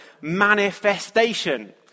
manifestation